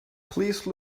please